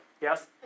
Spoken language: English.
Yes